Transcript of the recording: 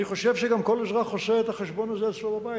אני חושב שגם כל אזרח עושה את החשבון הזה אצלו בבית,